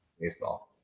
baseball